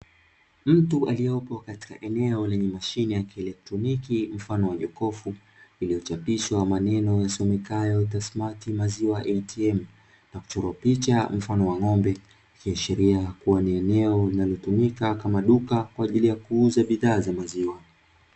Mtu aliyeko katika eneo lenye mashine ya kieletroniki ,mfano wa jokofu, Iliyochapishwa maneno yasomekayo "kasimati maziwa ATM" na kuchorwa picha mfano wa ng'ombe, ikiashiria kuwa ni eneo litumikalo kama duka kwa ajili ya kuuza bidhaa za maziwa.